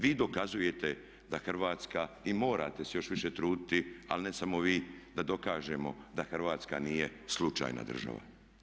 Vi dokazujete da Hrvatska i morate se još više truditi ali ne samo vi da dokažemo da Hrvatska nije slučajna država.